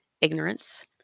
ignorance